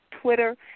Twitter